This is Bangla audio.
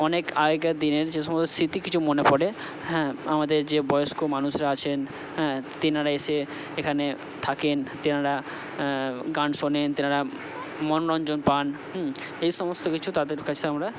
অনেক আগেকার দিনের যে সমস্ত স্মৃতি কিছু মনে পড়ে হ্যাঁ আমাদের যে বয়স্ক মানুষরা আছেন হ্যাঁ তেনারা এসে এখানে থাকেন তেনারা গান শোনেন তেনারা মনোরঞ্জন পান এই সমস্ত কিছু তাদের কাছে আমরা